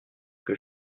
que